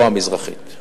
לא המזרחית,